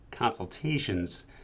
consultations